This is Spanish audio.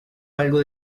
algo